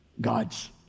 God's